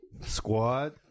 Squad